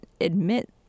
admit